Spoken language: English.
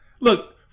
Look